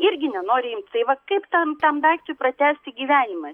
irgi nenori imt tai va kaip tam tam daiktui pratęsti gyvenimą